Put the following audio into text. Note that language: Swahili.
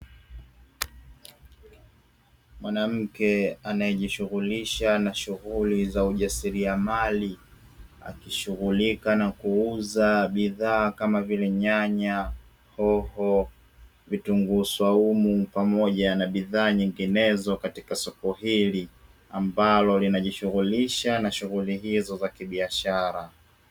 Mwanamke anayejishughulisha na shughuli za ujasiriamali, akishughulika na kuuza bidhaa kama vile: nyanya, hoho, vitunguu swaumu, pamoja na bidhaa nyinginezo katika soko hili; ambalo linajishughulisha na shughuli hizo za kibiashara.